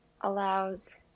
allows